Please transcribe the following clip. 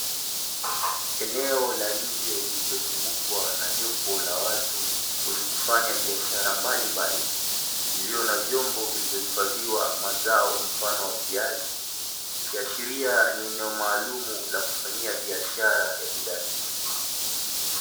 Eneo la nje lililozumgukwa na jopo la watu wenye kufanya biashara nbalimbali, iliyo na vyombo vilivyohifadhiwa mazao mfano wa viazi, likiashiria ni eneo maalumu la kufanyia biashara ya bidhaa hizo.